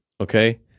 Okay